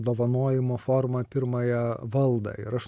dovanojimo forma pirmąją valdą ir aš